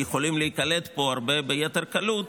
הרבה יכולים להיקלט פה ביתר קלות,